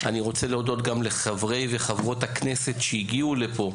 אני רוצה להודות גם לחברי וחברות הכנסת שהגיעו לפה